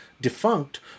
defunct